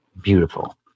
Beautiful